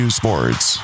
sports